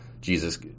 Jesus